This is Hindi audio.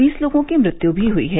बीस लोगों की मृत्यु भी हुई है